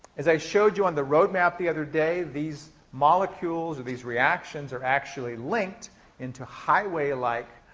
as i showed you on the road map the other day, these molecules or these reactions are actually linked into highway-like